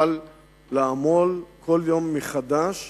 אבל לעמול כל יום מחדש